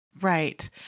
Right